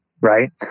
right